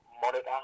monitor